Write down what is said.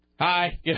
Hi